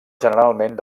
generalment